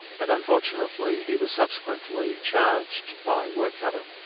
but unfortunately, he was subsequently charged by workcover,